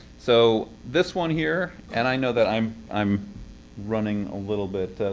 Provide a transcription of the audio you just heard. so this one here and i know that i'm i'm running a little bit.